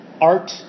art